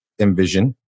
envision